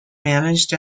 managed